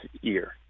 year